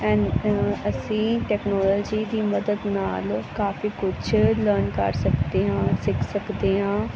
ਅਸੀਂ ਟੈਕਨੋਲਜੀ ਦੀ ਮਦਦ ਨਾਲ ਕਾਫੀ ਕੁਝ ਲਰਨ ਕਰ ਸਕਦੇ ਹਾਂ ਸਿੱਖ ਸਕਦੇ ਹਾਂ